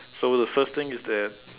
so the first thing is that